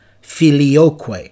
Filioque